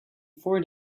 four